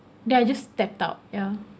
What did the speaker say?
then I just stepped out ya